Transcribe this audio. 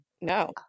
no